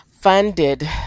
funded